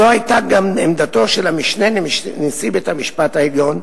זו היתה גם עמדתו של המשנה לנשיא בית-המשפט העליון,